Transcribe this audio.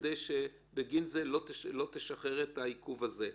כדי שבגין זה לא תשחרר את העיכוב הזה?